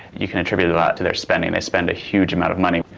you can attribute a lot to their spending, they spend a huge amount of money.